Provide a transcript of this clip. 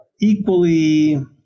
equally –